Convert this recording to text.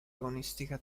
agonistica